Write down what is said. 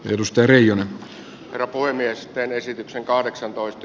justeeri ja varapuhemiesten esityksen kahdeksantoista